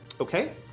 Okay